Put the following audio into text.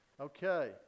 Okay